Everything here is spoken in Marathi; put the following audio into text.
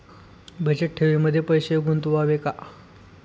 बचत ठेवीमध्ये पैसे गुंतवावे का?